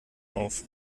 auf